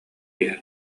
иһэр